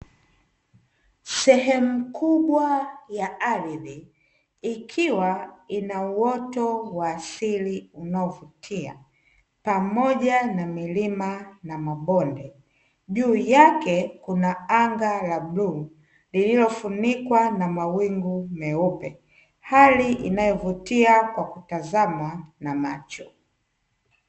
Sehemu kubwa ya ardhi, ikiwa ina uwoto wa asili unaovutia, pamoja na milima na mabonde. Juu yake kuna anga la blue lililofunikwa na mawingu meupe. Hali inayovutia kwa kutazama na macho."